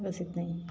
बस इतना ही